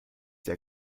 der